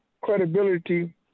credibility